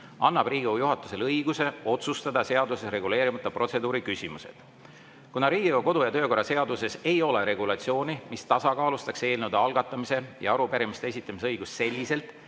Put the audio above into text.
annab Riigikogu juhatusele õiguse otsustada seaduses reguleerimata protseduuriküsimused. Kuna Riigikogu kodu‑ ja töökorra seaduses ei ole regulatsiooni, mis tasakaalustaks eelnõude algatamise ja arupärimiste esitamise õigust selliselt,